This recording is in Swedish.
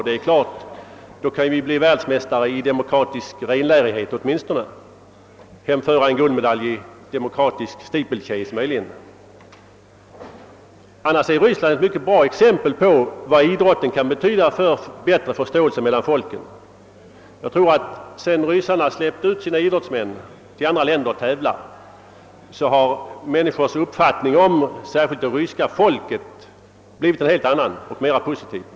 Det är klart, att vi då kan bli världsmästare i demokratisk renlärighet åtminstone och möjligen hemföra en guldmedalj i demokratisk steeple-chase. Annars är Ryssland ett mycket bra exempel på vad idrotten kan betyda för bättre förståelse mellan folken. Jag tror att sedan ryssarna släppt ut sina idrottsmän till andra länder för att tävla har människors uppfattning om särskilt det ryska folket blivit en helt annan och mera positiv än tidigare.